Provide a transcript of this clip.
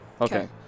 Okay